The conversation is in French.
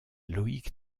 loïc